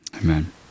Amen